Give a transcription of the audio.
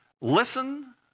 Listen